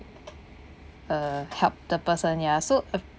uh help the person ya so uh